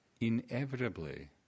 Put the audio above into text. inevitably